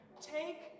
take